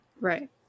Right